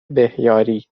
بهیاری